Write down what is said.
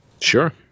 Sure